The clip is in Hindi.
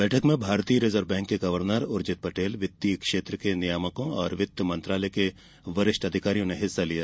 बैठक में भारतीय रिजर्व बैंक के गवर्नर उर्जित पटेल वित्तीय क्षेत्र के नियामकों और वित्त मंत्रालय के वरिष्ठ अधिकारियों ने हिस्सा लिया